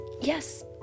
yes